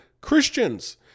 Christians